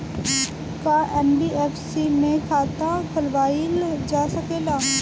का एन.बी.एफ.सी में खाता खोलवाईल जा सकेला?